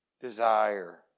desire